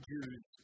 Jews